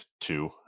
two